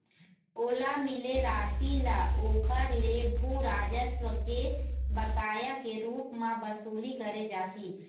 ओला मिले रासि ल ओखर ले भू राजस्व के बकाया के रुप म बसूली करे जाही